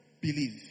believe